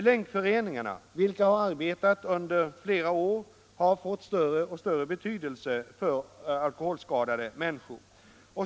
Länkföreningarna, vilka har arbetat under flera år, har fått allt större betydelse för alkoholskadade människor.